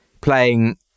playing